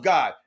God